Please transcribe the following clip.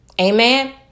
Amen